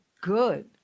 good